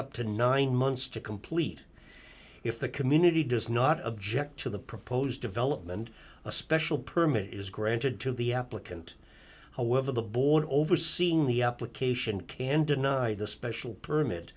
up to nine months to complete if the community does not object to the proposed development a special permit is granted to the applicant however the board overseeing the application can deny the special perm